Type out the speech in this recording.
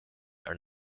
are